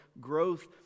growth